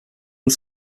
und